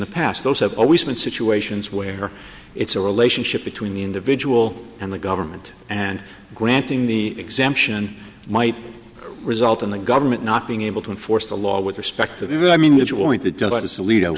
the past those have always been situations where it's a relationship between the individual and the government and granting the exemption might result in the government not being able to enforce the law with respect to